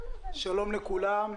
שלום לכולם,